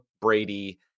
Brady